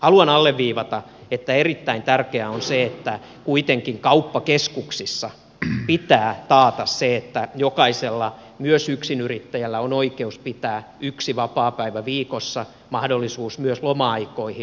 haluan alleviivata että erittäin tärkeää on se että kuitenkin kauppakeskuksissa pitää taata se että jokaisella myös yksinyrittäjällä on oikeus pitää yksi vapaapäivä viikossa mahdollisuus myös loma aikoihin